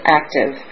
active